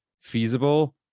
feasible